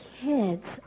kids